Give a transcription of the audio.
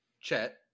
Chet